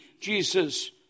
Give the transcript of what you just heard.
Jesus